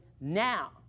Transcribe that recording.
now